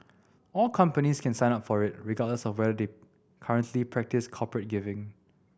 all companies can sign up for it regardless of whether they currently practise corporate giving